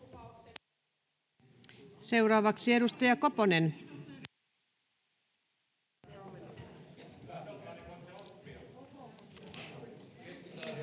Seuraavaksi edustaja Koponen. [Speech